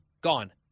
gone